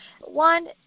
one